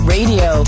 Radio